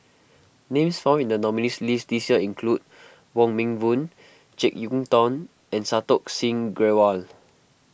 names found in the nominees' list this year include Wong Meng Voon Jek Yeun Thong and Santokh Singh Grewal